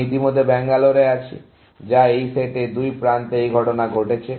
আমি ইতিমধ্যে ব্যাঙ্গালোর আছি যা এই সেটে দুই প্রান্তে এই ঘটনা ঘটেছে